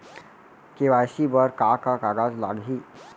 KYC बर का का कागज लागही?